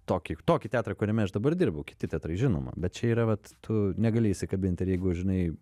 tokį tokį teatrą kuriame aš dabar dirbu kiti teatrai žinoma bet čia yra vat tu negali įsikabint ir jeigu žinai